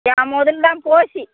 என் முதல் தான் போச்சு